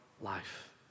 life